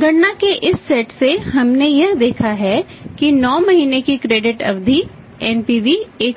गणना के इस सेट से हमने यह देखा है कि 9 महीने की क्रेडिट 0